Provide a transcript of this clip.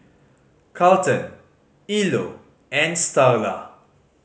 Carleton Ilo and Starla